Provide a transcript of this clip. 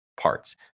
Parts